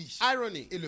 irony